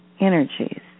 energies